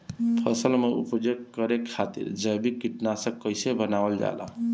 फसल में उपयोग करे खातिर जैविक कीटनाशक कइसे बनावल जाला?